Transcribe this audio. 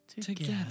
together